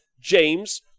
James